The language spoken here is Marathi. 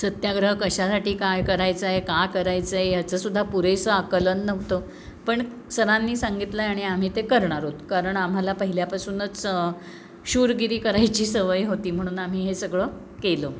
सत्याग्रह कशासाठी काय करायचा आहे का करायचं आहे याचं सुद्धा पुरेसं आकलन नव्हतं पण सरांनी सांगितलं आहे आणि आम्ही ते करणार आहोत कारण आम्हाला पहिल्यापासूनच शूरगिरी करायची सवय होती म्हणून आम्ही हे सगळं केलं